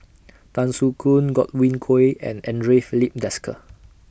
Tan Soo Khoon Godwin Koay and Andre Filipe Desker